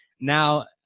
now